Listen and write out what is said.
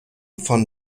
von